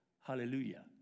Hallelujah